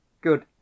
Good